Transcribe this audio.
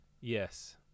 Yes